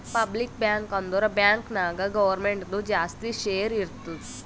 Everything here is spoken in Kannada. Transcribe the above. ಪಬ್ಲಿಕ್ ಬ್ಯಾಂಕ್ ಅಂದುರ್ ಬ್ಯಾಂಕ್ ನಾಗ್ ಗೌರ್ಮೆಂಟ್ದು ಜಾಸ್ತಿ ಶೇರ್ ಇರ್ತುದ್